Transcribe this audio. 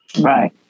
Right